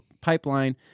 Pipeline